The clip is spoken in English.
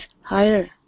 higher